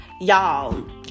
Y'all